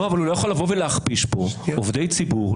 הוא לא יכול לבוא ולהכפיש פה עובדי ציבור.